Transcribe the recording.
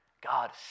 God